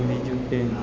બીજું કે